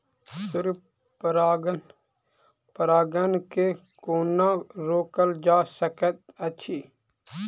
स्व परागण केँ कोना रोकल जा सकैत अछि?